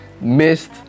missed